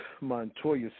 Montoya